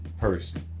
person